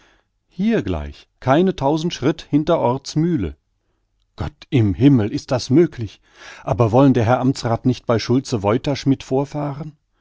hier gleich keine tausend schritt hinter orth's mühle gott im himmel ist es möglich aber wollen der herr amtsrath nicht bei schulze woytasch mit vorfahren